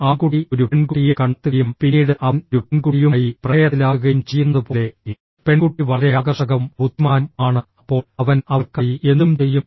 ആൺകുട്ടി ഒരു പെൺകുട്ടിയെ കണ്ടെത്തുകയും പിന്നീട് അവൻ ഒരു പെൺകുട്ടിയുമായി പ്രണയത്തിലാകുകയും ചെയ്യുന്നതുപോലെ പെൺകുട്ടി വളരെ ആകർഷകവും ബുദ്ധിമാനും ആണ് അപ്പോൾ അവൻ അവൾക്കായി എന്തും ചെയ്യും